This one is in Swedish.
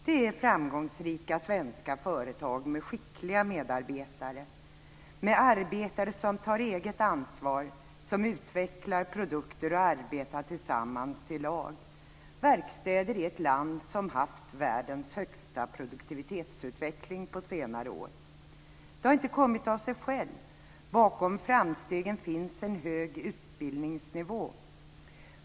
Det är framgångsrika svenska företag med skickliga medarbetare. De har arbetare som tar eget ansvar, utvecklar produkter och arbetar tillsammans i lag. Det är verkstäder i ett land som haft världens högsta produktivitetsutveckling på senare år. Det har inte kommit av sig själv. Bakom framstegen finns en hög utbildningsnivå.